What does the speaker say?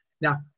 Now